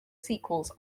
sequels